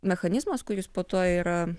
mechanizmas kuris po to yra